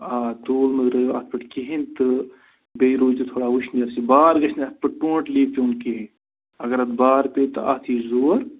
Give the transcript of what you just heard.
آ توٗل مہٕ ترٛٲوِو اَتھ پٮ۪ٹھ کِہیٖنٛۍ تہٕ بیٚیہِ روٗزِو تھوڑا وُشنیرسٕے بار گژھِ نہ اَتھ پٮ۪ٹھ ٹوٹلی پٮ۪ون کِہیٖنٛۍ اگر اَتھ بار پیٚیہِ تہٕ اَتھ یِیہِ زور